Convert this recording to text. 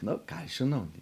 nu ką aš žinau